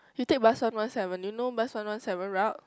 you take bus one one seven you know bus one one seven route